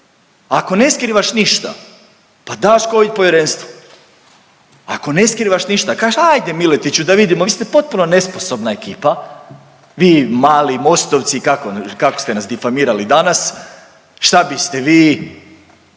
Ako ne skrivaš ništa pa daš covid povjerenstvo. Ako ne skrivaš ništa kažeš ajde Miletiću da vidimo, vi ste potpuno nesposobna ekipa, vi mali mostovci, kako ono kako ste nas difamirali danas, šta biste vi.